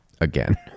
Again